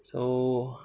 so